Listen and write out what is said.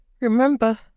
Remember